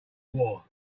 war